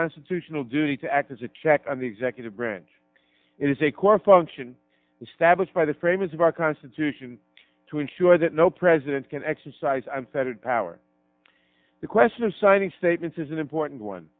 constitutional duty to act as a check on the executive branch is a core function established by the framers of our constitution to ensure that no president can exercise i've said it power the question of signing statements is an important one